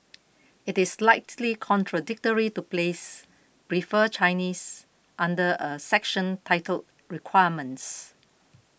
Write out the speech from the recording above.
it is slightly contradictory to place prefer Chinese under a section titled requirements